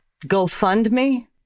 GoFundMe